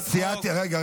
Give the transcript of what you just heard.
רגע,